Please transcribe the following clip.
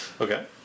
Okay